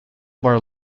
were